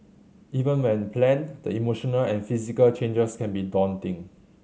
even when planned the emotional and physical changes can be daunting